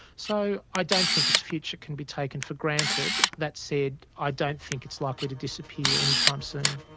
so i don't think its future can be taken for granted that said, i don't think it's likely to disappear anytime soon.